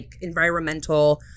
environmental